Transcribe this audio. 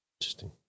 Interesting